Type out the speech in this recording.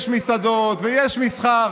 יש מסעדות ויש מסחר,